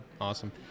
Awesome